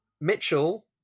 Mitchell